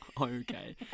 okay